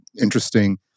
interesting